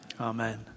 Amen